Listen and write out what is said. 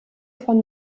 von